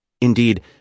Indeed